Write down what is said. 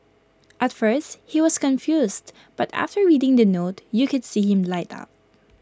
at first he was confused but after reading the note you could see him light up